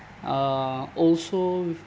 uh also